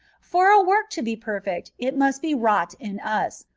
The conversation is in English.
for a work to be perfect, it must be wrought in us,